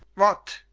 what,